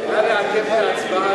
אדוני היושב-ראש,